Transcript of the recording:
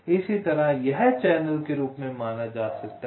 इसी तरह यह चैनल के रूप में माना जा सकता है